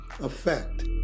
effect